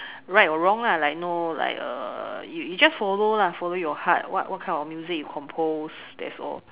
right or wrong lah like no like uh you you just follow lah follow your heart what what kind of music you compose that's all